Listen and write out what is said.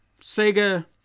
Sega